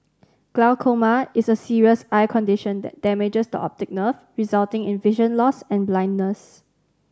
glaucoma is a serious eye condition that damages the optic nerve resulting in vision loss and blindness